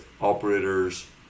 operators